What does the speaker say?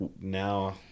now